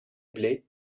blés